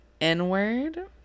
n-word